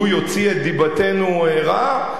שהוא יוציא את דיבתנו רעה,